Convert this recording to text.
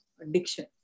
addiction